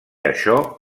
això